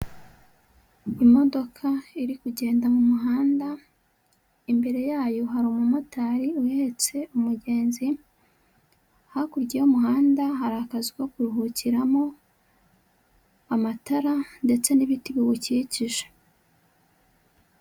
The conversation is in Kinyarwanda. Imodoka iri kugenda mu muhanda, imbere yayo hari umumotari uhetse umugenzi, hakurya y'umuhanda hari akazu ko kuruhukiramo, amatara ndetse n'ibiti biwukikije.